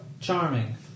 charming